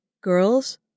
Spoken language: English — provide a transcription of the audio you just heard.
girls